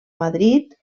madrid